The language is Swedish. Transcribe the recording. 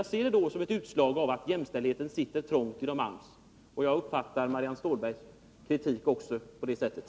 Jag ser det som ett utslag av att jämställdheten sitter trångt inom AMS, och jag uppfattar också Marianne Stålbergs kritik på det sättet.